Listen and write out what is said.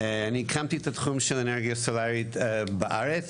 אני הקמתי את התחום של אנרגיה סולארית בארץ.